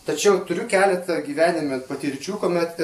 tačiau turiu keletą gyvenime patirčių kuomet